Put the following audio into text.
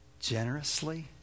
Generously